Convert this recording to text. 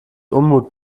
unmut